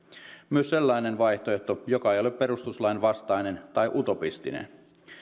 myös sellainen vaihtoehto joka ei ole perustuslain vastainen tai utopistinen